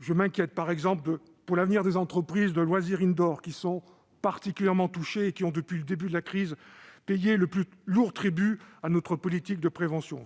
Je m'inquiète, par exemple, pour l'avenir des entreprises de loisirs, qui sont particulièrement touchées et qui ont, depuis le début de la crise, payé le plus lourd tribut à notre politique de prévention.